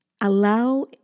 allow